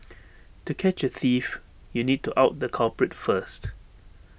to catch A thief you need to out the culprit first